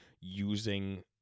using